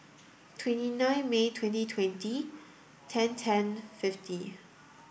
twenty nine May twenty twenty ten ten fifty